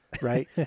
Right